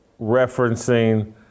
referencing